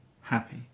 happy